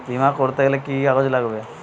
বিমা করতে কি কি কাগজ লাগবে?